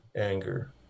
anger